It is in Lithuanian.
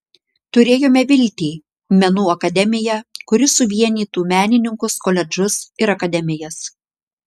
turėjome viltį menų akademiją kuri suvienytų menininkus koledžus ir akademijas